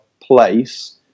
place